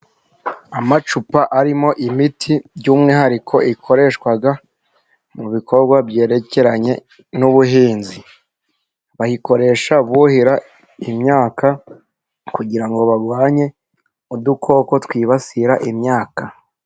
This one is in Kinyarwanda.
Amacupa arimo imiti, by'umwihariko ikoreshwa mu bikorwa byerekeranye n'ubuhinzi. Bayikoresha buhira imyaka kugira ngo barwanye udukoko twibasira imyaka.